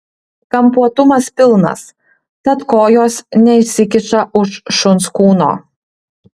kampuotumas pilnas tad kojos neišsikiša už šuns kūno